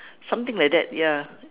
something like that ya